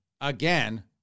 again